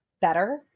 better